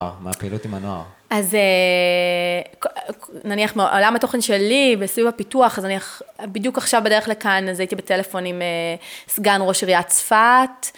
מה הפעילות עם הנוער? אז נניח מעולם התוכן שלי בסביב הפיתוח, בדיוק עכשיו בדרך לכאן הייתי בטלפון עם סגן ראש עיריית צפת.